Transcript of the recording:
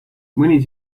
mõni